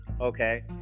Okay